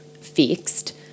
fixed